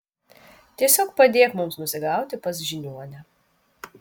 tiesiog padėk mums nusigauti pas žiniuonę